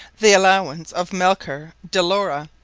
the allowance of melchor de lara,